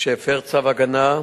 שהפר צו הגנה,